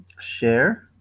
Share